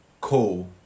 cool